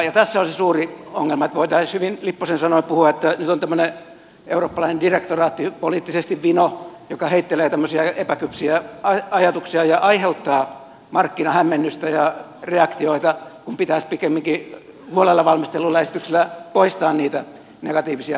tässä on se suuri ongelma että voitaisiin hyvin lipposen sanoin puhua että nyt on tämmöinen eurooppalainen direktoraatti poliittisesti vino joka heittelee tämmöisiä epäkypsiä ajatuksia ja aiheuttaa markkinahämmennystä ja reaktioita kun pitäisi pikemminkin huolella valmistellulla esityksellä poistaa niitä negatiivisia reaktioita